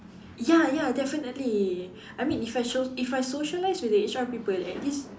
ya ya definitely I mean if I show if I socialise with the H_R people at least